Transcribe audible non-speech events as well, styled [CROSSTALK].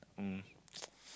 um [NOISE]